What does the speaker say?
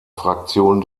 fraktion